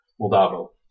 Moldavo